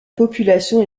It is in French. population